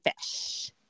fish